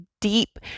deep